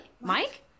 mike